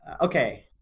okay